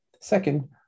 Second